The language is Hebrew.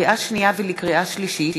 לקריאה שנייה ולקריאה שלישית: